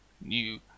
new